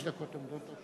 חמש דקות עומדות לו?